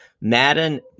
Madden –